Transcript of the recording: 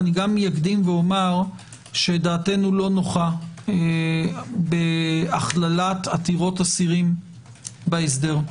ואקדים ואומר שדעתנו לא נוחה בהכללת עתירות אסירים בהסדר.